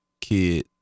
kid